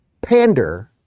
Pander